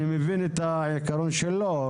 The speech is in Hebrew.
אני מבין את העיקרון שלו.